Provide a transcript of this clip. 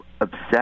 obsessed